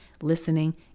listening